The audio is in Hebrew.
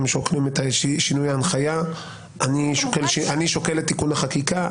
הם שוקלים את שינוי ההנחיה ואני שוקל את תיקון החקיקה,